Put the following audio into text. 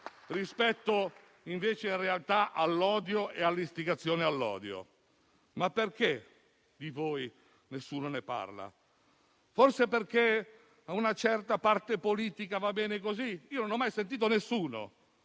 rispetto invece all'odio e all'istigazione all'odio. Ma perché nessuno di voi ne parla? Forse perché a una certa parte politica va bene così? Non ho mai sentito nessuno